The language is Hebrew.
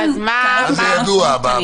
מה זה ידוע?